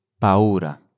paura